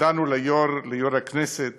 והודענו ליושב-ראש הכנסת